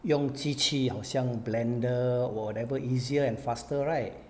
用机器好像 blender or whatever easier and faster right